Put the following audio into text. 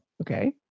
Okay